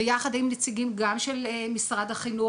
ביחד עם נציגים גם של משרד החינוך,